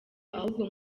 ahubwo